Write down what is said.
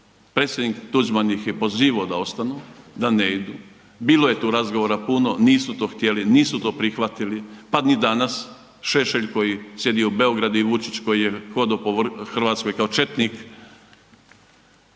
Predsjednik Tuđman ih pozivao da ostanu, da ne idu, bilo je tu razgovora puno, nisu to htjeli, nisu to prihvatili pa ni danas Šešelj koji sjedi u Beogradu i Vučić koji je hodao po Hrvatskoj ka četnik.